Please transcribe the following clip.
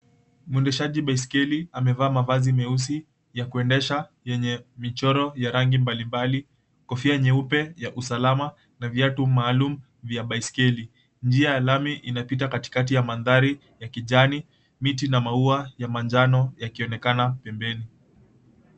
Mwendeshaji baiskeli amevaa mavazi meusi ya kuendesha yenye michoro ya rangi mbalimbali, kofia nyeupe ya usalama na viatu maalum vya baiskeli. Njia ya lami inapita katikati ya mandhari ya kijani. Miti na maua ya manjano yakionekana pembeni.